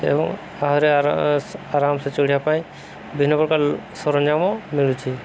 ଏବଂ ଆହୁରି ଆରାମସେ ଚଢ଼ିବା ପାଇଁ ବିଭିନ୍ନ ପ୍ରକାର ସରଞ୍ଜାମ ମିଳୁଛି